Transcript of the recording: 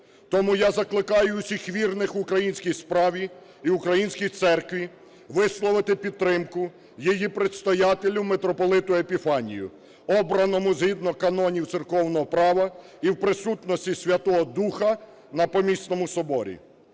Тому я закликаю усіх вірних українській справі і українській церкві висловити підтримку її предстоятелю митрополиту Епіфанію, обраному згідно канонів церковного права і в присутності Святого Духа на помісному Соборі.